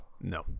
no